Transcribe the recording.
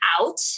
out